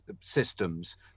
systems